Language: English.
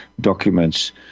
documents